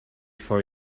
for